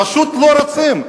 פשוט לא רוצים.